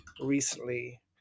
recently